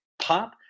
pop